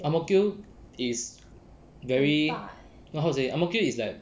ang mo kio is very no how to say ang mo kio is like